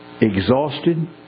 exhausted